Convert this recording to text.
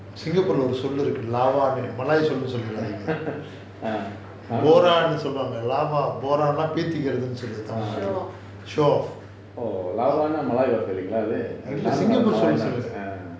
singapore leh சொல்லு இருக்கு:sollu iruku lawak னு மலாய் சொல்லுனு சொலிடாதுங்க:malaai sollunu solidaathunga சொல்லுவாங்க:solluvaanga நா பீத்திக்கிறது:naa peethikirathu show off singapore வார்த்தை:varthai